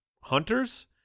hunters